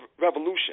revolution